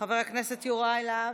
חבר הכנסת יוראי להב,